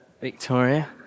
Victoria